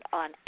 on